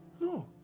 No